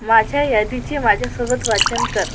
माझ्या यादीचे माझ्यासोबत वाचन कर